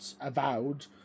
Avowed